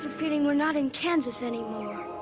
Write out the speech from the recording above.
um feeling we're not in kansas anymore.